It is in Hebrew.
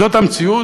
זאת המציאות.